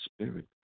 Spirit